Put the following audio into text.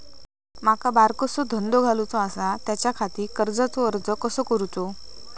माका बारकोसो धंदो घालुचो आसा त्याच्याखाती कर्जाचो अर्ज कसो करूचो?